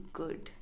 good